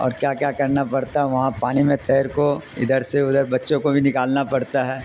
اور کیا کیا کرنا پڑتا ہے وہاں پانی میں تیر کو ادھر سے ادھر بچوں کو بھی نکالنا پڑتا ہے